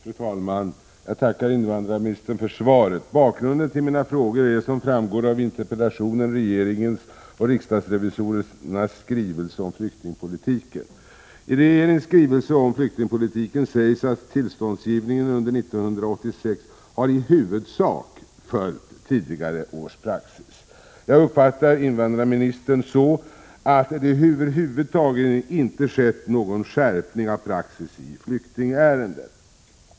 Fru talman! Jag tackar invandrarministern för svaret. Bakgrunden till mina frågor är, som framgår av interpellationen, regeringens och riksdagsrevisorernas skrivelser om flyktingpolitiken. I regeringens skrivelse om flyktingpolitiken sägs att tillståndsgivningen under 1986 har i huvudsak följt tidigare års praxis. Jag uppfattar invandrarministern så att det över huvud taget inte har skett någon skärpning av praxis i flyktingärenden.